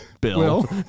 Bill